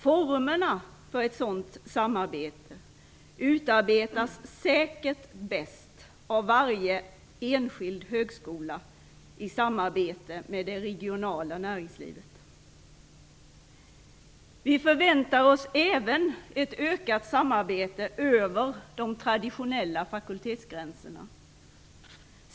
Formerna för ett sådant samarbete utarbetas säkert bäst av varje enskild högskola i samarbete med det regionala näringslivet. Vi förväntar oss även ett ökat samarbete över de traditionella fakultetsgränserna.